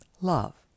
Love